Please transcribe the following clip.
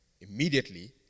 immediately